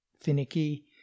finicky